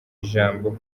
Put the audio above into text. ijambo